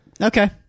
Okay